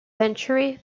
century